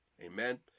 Amen